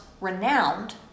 renowned